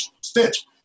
Stitch